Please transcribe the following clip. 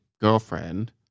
girlfriend